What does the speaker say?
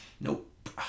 Nope